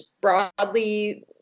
broadly